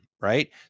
right